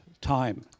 time